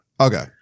Okay